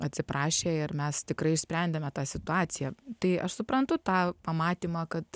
atsiprašė ir mes tikrai išsprendėme tą situaciją tai aš suprantu tą pamatymą kad